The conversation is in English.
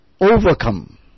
overcome